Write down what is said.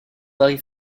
varie